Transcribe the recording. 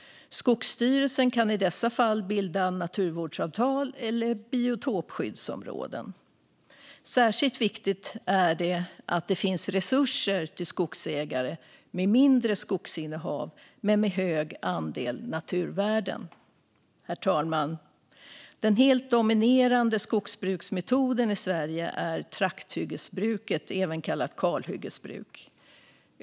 Skogsstyrelsen kan i dessa fall sluta naturvårdsavtal eller bilda biotopskyddsområden. Särskilt viktigt är att det finns resurser till skogsägare med mindre skogsinnehav med hög andel naturvärden. Herr talman! Den helt dominerande skogsbruksmetoden i Sverige är trakthyggesbruk, även kallat kalhyggesbruk.